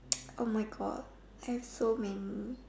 oh my God I have so many